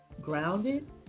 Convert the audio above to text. grounded